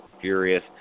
furious